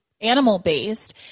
animal-based